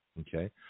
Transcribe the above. Okay